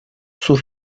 sus